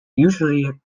usually